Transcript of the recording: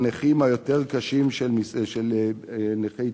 הנכים היותר קשים בקרב נכי צה"ל.